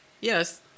yes